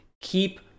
keep